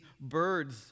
birds